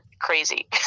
crazy